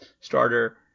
starter